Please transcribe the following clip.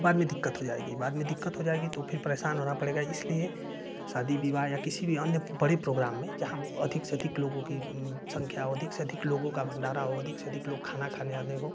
तो बाद में दिक्कत हो जाएगी बाद में दिक्कत हो जाएगी तो फिर परेशान होना पड़ेगा तो इसलिए शादी विवाह या किसी बी अन्य बड़े प्रोग्राम में जहाँ अधिक से अधिक लोगों कि संख्या हो अधिक से अधिक लोगों का भंडारा हो अधिक से अधिक लोग खाना खाने आंदे हो